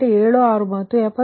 76 ಮತ್ತು 73